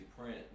print